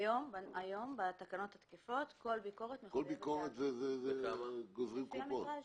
היום בתקנות התקפות כל ביקורת מחויבת באגרה לפי המטראז'.